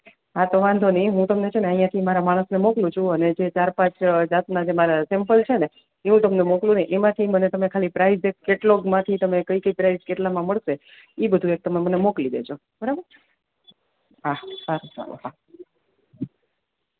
હા તો વાંધો નઈ હું તમને છેને અહિયાં થી મારા માણસને મોકલું છું અને જે ચાર પાંચ જાતના જે મારા સેમ્પલ છેને ઇ તમને મોકલું ને એમાંથી મને ખાલી પ્રાઈજ કેટલોક માંથી તમે કઈ કઈ પ્રાઈજ કેટલામાં મળસે ઇ બધુ એક તમે મને મોકલી દેજો બરાબર હા હા હા